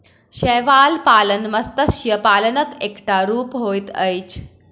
शैवाल पालन मत्स्य पालनक एकटा रूप होइत अछि